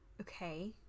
okay